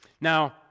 Now